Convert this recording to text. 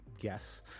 Yes